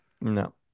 no